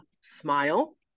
smile